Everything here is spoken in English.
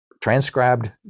transcribed